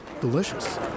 delicious